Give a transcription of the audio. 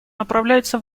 направляется